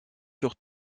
sur